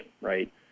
right